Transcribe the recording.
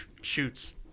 shoots